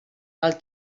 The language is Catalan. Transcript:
els